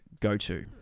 go-to